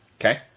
Okay